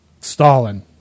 Stalin